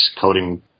coding